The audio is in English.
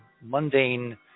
mundane